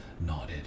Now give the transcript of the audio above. nodded